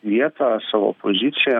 vietą savo poziciją